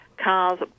Cars